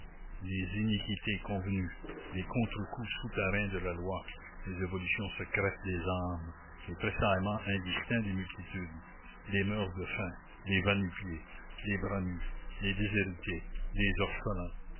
les iniquités convenues les contre coups souterrains de la loi les évolutions secrètes des âmes les tressaillements indistincts des multitudes les meurt-de-faim les va-nu-pieds les bras nus les déshérités les orphelins